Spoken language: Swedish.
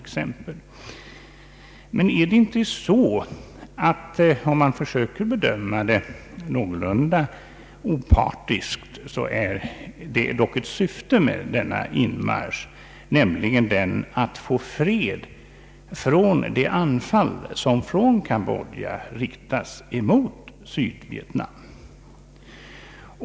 Finns det dock inte, om man försöker att göra en någorlunda opartisk bedömning, ett syfte med denna inmarsch, nämligen det att få slut på de anfall som från Cambodjas territorium riktas mot Sydvietnam?